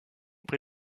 pré